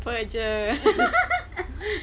apa jer